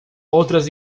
outras